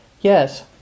Yes